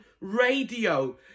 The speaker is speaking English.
radio